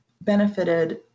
benefited